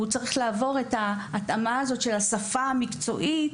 הוא צריך לעבור את האמת השפה המקצועית